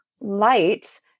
light